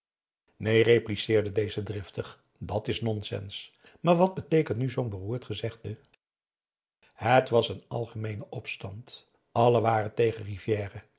neen repliceerde deze driftig dat is nonsens maar wat beteekent nu zoo'n beroerd gezegde het was een algemeene opstand allen waren tegen rivière